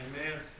Amen